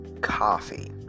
coffee